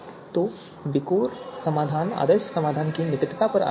तो विकोर समाधान आदर्श समाधान की निकटता पर आधारित है